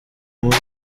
muri